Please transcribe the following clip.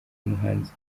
muhanzi